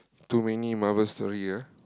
too many Marvel story ah